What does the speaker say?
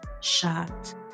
shot